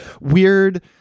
weird